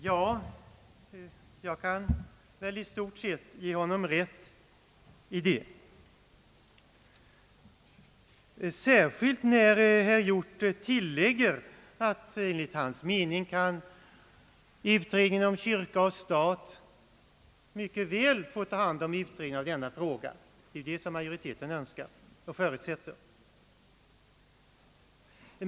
Jag kan väl i stort sett ge honom rätt i det, särskilt när herr Hjorth tillägger, att enligt hans mening kan utredningen om kyrka och stat mycket väl få ta hand om denna fråga. Det är ju just vad utskottsmajoriteten önskar och förutsätter.